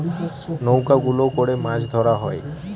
নৌকা গুলো করে মাছ ধরা হয়